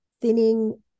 thinning